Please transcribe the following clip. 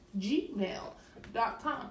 gmail.com